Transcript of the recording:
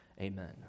Amen